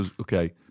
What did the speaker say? Okay